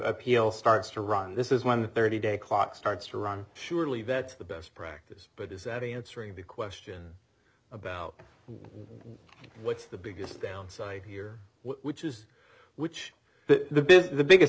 appeal starts to run this is one hundred and thirty day clock starts to run surely that's the best practice but is the answering the question about what's the biggest downside here which is which the business the biggest